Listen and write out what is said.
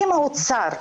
אם האוצר,